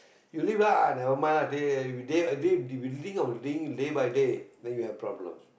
you live lah never mind lah day if you you think of living day by day then you have problem